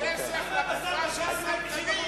למה בשר בקר 190%?